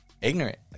ignorant